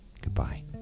Goodbye